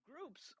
groups